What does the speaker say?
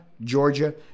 Georgia